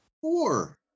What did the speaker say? four